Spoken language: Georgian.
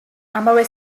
ამავე